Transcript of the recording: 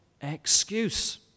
excuse